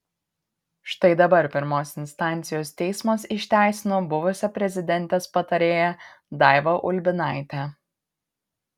štai dabar pirmos instancijos teismas išteisino buvusią prezidentės patarėją daivą ulbinaitę